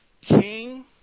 king